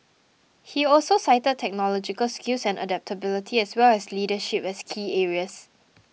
he also cited technological skills and adaptability as well as leadership as key areas